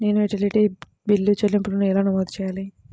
నేను utility bill చెల్లింపులను ఎలా నమోదు చేయాలి?